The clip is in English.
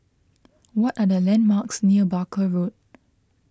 what are the landmarks near Barker Road